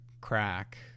crack